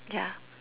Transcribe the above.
ya